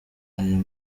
aya